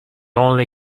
only